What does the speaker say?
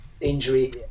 injury